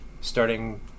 starting